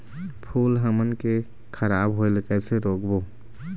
फूल हमन के खराब होए ले कैसे रोकबो?